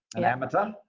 an amateur.